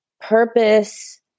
purpose